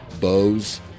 bows